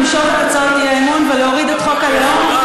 למשוך את הצעות האי-אמון ולהוריד את חוק הלאום?